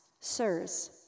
Sirs